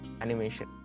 animation